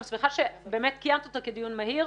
וגם שמחה באמת קיימת אותו כדיון מהיר.